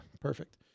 perfect